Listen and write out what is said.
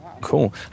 Cool